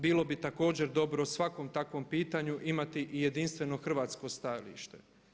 Bilo bi također dobro o svakom takvom pitanju imati i jedinstveno hrvatsko stajalište.